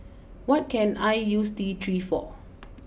what can I use T three for